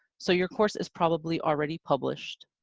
so, your course is probably already published.